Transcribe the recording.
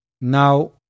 now